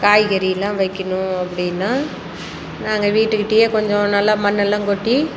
காய்கறி எல்லாம் வைக்கிணும் அப்படின்னா நாங்கள் வீட்டுக்கிட்டையே கொஞ்சம் நல்லா மண்ணெல்லாம் கொட்டி